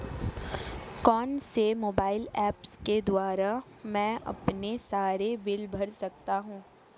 कौनसे mobile apps के द्वारा मैं अपने सारे बिल भर सकता हूं?